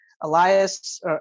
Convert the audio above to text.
Elias